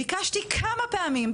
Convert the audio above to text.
ביקשתי כמה פעמים,